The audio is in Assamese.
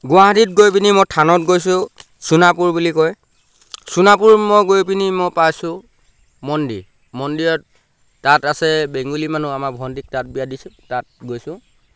গুৱাহাটীত গৈ পিনি মই থানত গৈছোঁ সোণাপুৰ বুলি কয় সোণাপুৰ মই গৈ পিনি মই পাইছোঁ মন্দিৰ মন্দিৰত তাত আছে বেংগুলী মানুহ আমাৰ ভণ্টিত তাত বিয়া দিছোঁ তাত গৈছোঁ